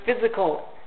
physical